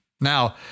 Now